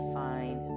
find